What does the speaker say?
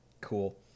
cool